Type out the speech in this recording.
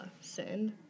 sin